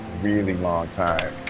really long time.